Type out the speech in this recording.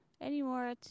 Anymore